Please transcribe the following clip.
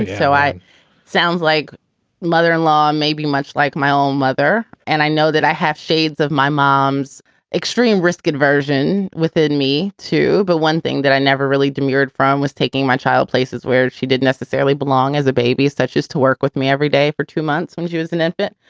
and so it sounds like mother in law, maybe much like my old. mother and i know that i have shades of my mom's extreme risk aversion within me too. but one thing that i never really demurred from was taking my child places where she didn't necessarily belong as a baby's such as to work with me every day for two months when she was an infant.